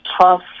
tough